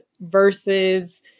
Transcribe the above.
versus